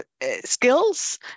skills